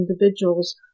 individuals